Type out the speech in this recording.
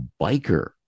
biker